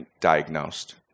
diagnosed